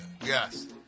Yes